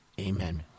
Amen